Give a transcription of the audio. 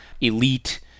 elite